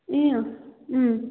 ए अँ अँ